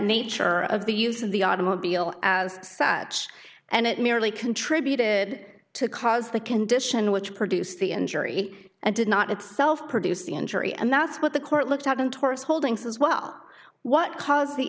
nature of the use of the automobile as sad and it merely contributed to cause the condition which produced the injury and did not itself produce the injury and that's what the court looked at in taurus holdings as well what caused the